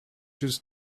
used